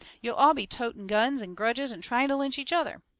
you'll all be toting guns and grudges and trying to lynch each other.